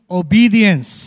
obedience